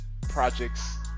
projects